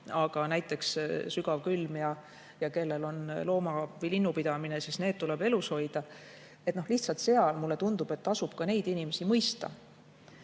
aga näiteks sügavkülmik ja looma‑ või linnupidamine, kui need on, tuleb elus hoida. Lihtsalt mulle tundub, et tasub ka neid inimesi mõista.